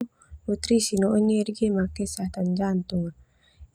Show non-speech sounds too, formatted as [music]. Nutrisi no [unintelligible] kesehatan jantung.